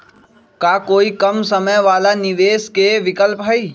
का कोई कम समय वाला निवेस के विकल्प हई?